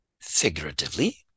Figuratively